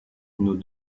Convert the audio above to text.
nos